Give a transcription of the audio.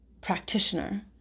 practitioner